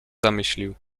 zamyślił